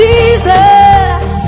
Jesus